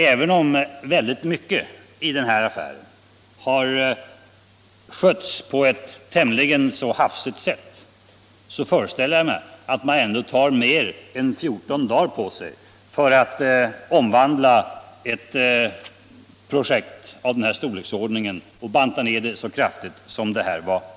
Även om väldigt mycket i denna affär har skötts på ett tämligen hafsigt sätt, föreställer jag mig att man ändå tar mer än 14 dagar på sig för att omvandla ett projekt av denna storleksordning och banta ned det så kraftigt som här har skett.